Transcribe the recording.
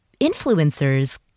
influencers